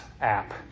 app